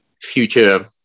future